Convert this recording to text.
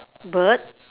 bird